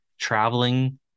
traveling